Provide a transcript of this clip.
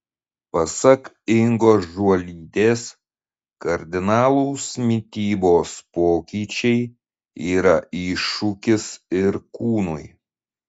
pasak ingos žuolytės kardinalūs mitybos pokyčiai yra iššūkis ir kūnui